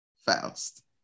faust